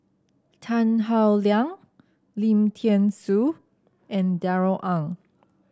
Tan Howe Liang Lim Thean Soo and Darrell Ang